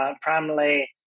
primarily